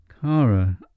Kara